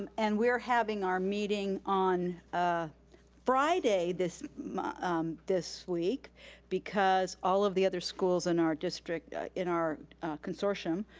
um and we're having our meeting on friday this um this week because all of the other schools in our district, in our consortium,